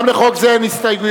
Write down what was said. גם לחוק זה אין הסתייגויות.